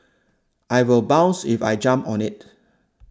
I will bounce if I jump on it